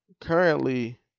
currently